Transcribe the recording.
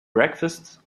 breakfast